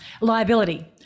Liability